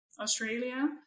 Australia